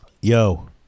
Yo